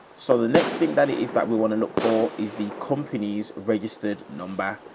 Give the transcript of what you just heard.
so the next thing that it is that we want to look for is the company's registered number.